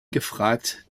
gefragt